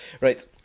Right